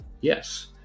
Yes